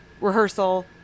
rehearsal